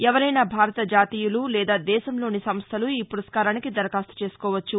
ఎపరైనా భారత జాతీయులు లేదా దేశంలోని నంన్దలు ఈ వురస్కారానికి దరఖాన్తు చేసుకోవచ్చు